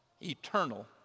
eternal